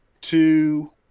two